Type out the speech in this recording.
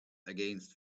against